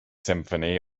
symphony